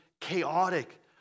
chaotic